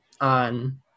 on